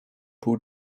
pół